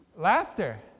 Laughter